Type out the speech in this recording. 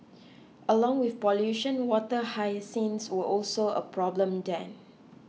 along with pollution water hyacinths were also a problem then